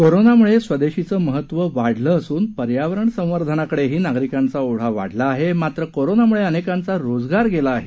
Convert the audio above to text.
कोरोनामुळे स्वदेशीचे महत्व वाढलं असून पर्यावरण संवर्धनाकडेही नागरीकांचा ओढा वाढला आहे मात्र कोरोनामुळे अनेकांचा रोजगार गेला आहे